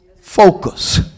focus